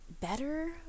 better